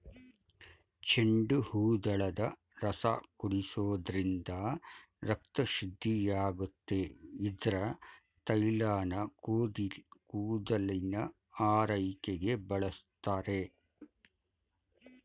ಚೆಂಡುಹೂದಳದ ರಸ ಕುಡಿಸೋದ್ರಿಂದ ರಕ್ತ ಶುದ್ಧಿಯಾಗುತ್ತೆ ಇದ್ರ ತೈಲನ ಕೂದಲಿನ ಆರೈಕೆಗೆ ಬಳಸ್ತಾರೆ